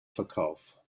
verkauf